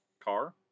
Car